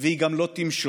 והיא גם לא תמשול.